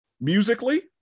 musically